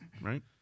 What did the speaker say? right